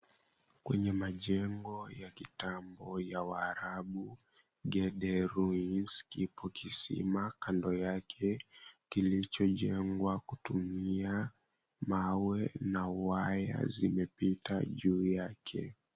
Kwenye majengo ya kitambo ya waarabu, Gede ruins kipo kisima kando yake kilichojengwa kutumia mawe na waya zimepita juu yake.